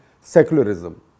secularism